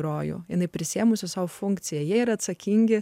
rojų jinai prisiėmusi sau funkciją jie ir atsakingi